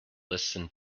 listen